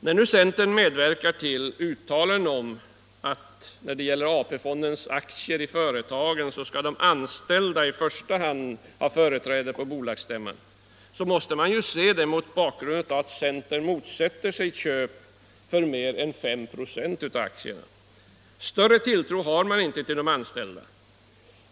När nu centern medverkar till uttalanden om att när det gäller AP-fondens aktier i företagen skall i första hand de anställda företräda på bolagsstämman, så måste man se det mot bakgrunden av att centern motsätter sig köp av mer än 5 96 av aktierna. Större tilltro har man inte till de anställda.